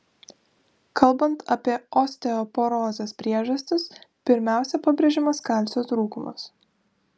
kalbant apie osteoporozės priežastis pirmiausia pabrėžiamas kalcio trūkumas